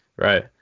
Right